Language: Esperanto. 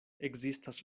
ekzistas